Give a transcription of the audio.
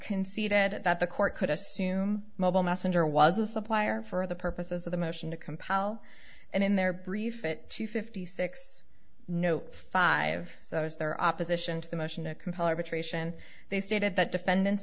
conceded that the court could assume mobile messenger was a supplier for the purposes of the motion to compel and in their brief it to fifty six no five so as their opposition to the motion to compel arbitration they stated that defendant